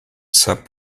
sub